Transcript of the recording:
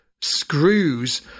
screws